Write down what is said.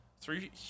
three